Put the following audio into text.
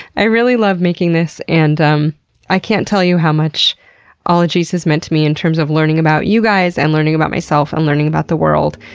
i really love making this and um i can't tell you how much ologies has meant to me in terms of learning about you guys and learning about myself and learning about the world.